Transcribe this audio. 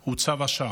היא צו השעה.